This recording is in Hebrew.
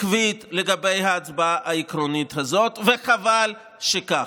עקבית לגבי ההצבעה העקרונית הזאת, וחבל שכך.